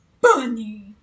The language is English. bunny